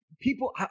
people